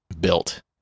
built